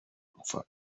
mpfa